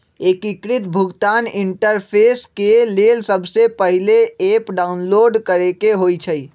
एकीकृत भुगतान इंटरफेस के लेल सबसे पहिले ऐप डाउनलोड करेके होइ छइ